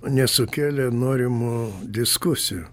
nesukelė norimų diskusijų